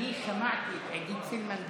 אני שמעתי את עידית סילמן,